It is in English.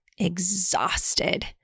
exhausted